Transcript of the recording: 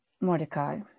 Mordecai